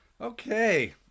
Okay